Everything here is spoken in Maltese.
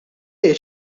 jgħid